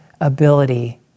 ability